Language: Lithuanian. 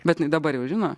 bet jinai dabar jau žino